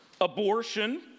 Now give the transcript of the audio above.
abortion